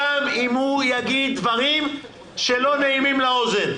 גם אם הוא יגיד דברים שלא נעימים לאוזן.